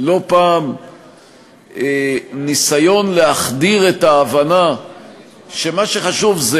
לא פעם ניסיון להחדיר את ההבנה שמה שחשוב זה